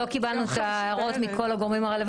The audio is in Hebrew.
בדיקות השחרור של תוצרת הקנאביס לצרכים רפואיים.